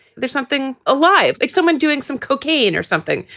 there's something alive, like someone doing some cocaine or something.